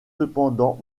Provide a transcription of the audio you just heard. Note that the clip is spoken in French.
cependant